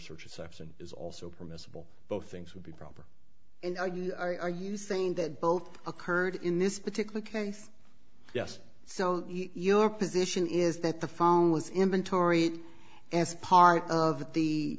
searches section is also permissible both things would be proper and are you are you saying that both occurred in this particular case yes so your position is that the phone was inventory as part of the